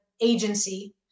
agency